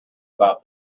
about